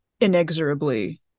inexorably